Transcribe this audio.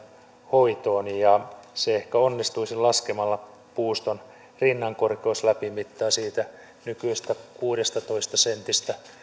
hoitoon ja se ehkä onnistuisi laskemalla puuston rinnankorkeusläpimittaa siitä nykyisestä kuudestatoista sentistä